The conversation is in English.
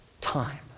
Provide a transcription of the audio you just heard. time